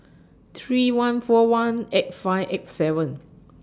three one four one eight five eight seven